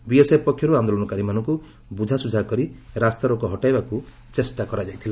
BSF ପକ୍ଷର୍୍ ଆନ୍ଦୋଳନକାରୀମାନଙ୍କୁ ବୁଝାସୁଝା କରି ରାସ୍ତାରୋକ ହଟାଇବାକୁ ଚେଷ୍ଟା କରାଯାଇଥିଲା